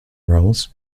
roles